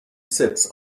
sits